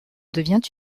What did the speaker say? devient